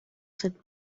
cette